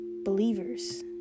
believers